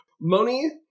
Moni